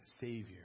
Savior